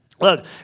Look